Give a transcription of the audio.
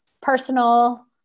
personal